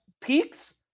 peaks